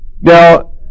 Now